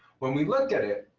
when we looked at it,